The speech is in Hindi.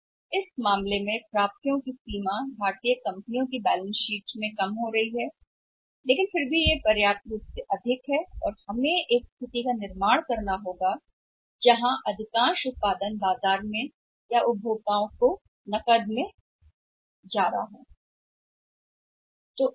तो उस स्थिति में प्राप्य की सीमा बैलेंस शीट में कम हो रही है भारतीय कंपनियां भी लेकिन फिर भी यह पर्याप्त रूप से उच्च स्तर के लिए पर्याप्त है और हमें एक निर्माण करना होगा ऐसी स्थिति जहां अधिकांश उत्पादन बाजार में या उपभोक्ताओं को नकद में जा रहा हो